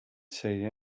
say